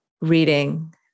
reading